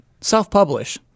Self-publish